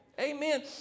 Amen